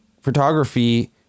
photography